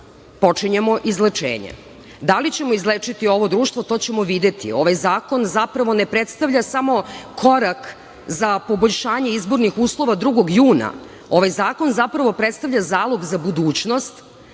počinjemo izlečenje. Da li ćemo izlečiti ovo društvo to ćemo videti. Ovaj zakon zapravo ne predstavlja samo korak za poboljšanje izbornih uslova 2. juna. Ovaj zakon zapravo predstavlja zalog za budućnost